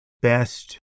best